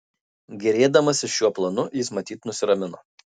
gėrėdamasis šiuo planu jis matyt nusiramino